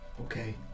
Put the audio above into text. Okay